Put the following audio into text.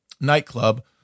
nightclub